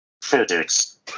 Physics